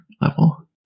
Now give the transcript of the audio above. level